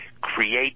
create